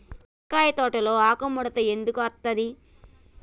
మిరపకాయ తోటలో ఆకు ముడత ఎందుకు అత్తది?